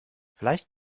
vielleicht